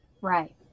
Right